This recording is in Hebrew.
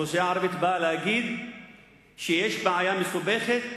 האוכלוסייה הערבית באה להגיד שיש בעיה מסובכת,